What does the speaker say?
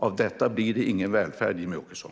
Av detta blir det ingen välfärd, Jimmie Åkesson.